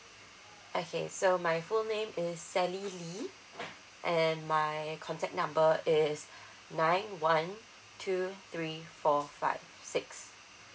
okay so my full name is sally lee and my contact number is nine one two three four five six